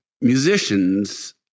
Musicians